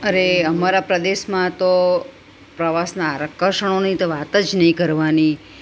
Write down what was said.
અરે અમારા પ્રદેશમાં તો પ્રવાસના આકર્ષણોની તો વાત જ નહિ કરવાની